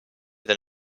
than